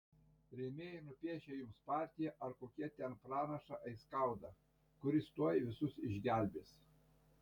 rėmėjai nupiešia jums partiją ar kokie ten pranašą aiskaudą kuris tuoj visus išgelbės